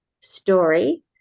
story